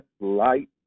light